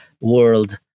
world